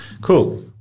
Cool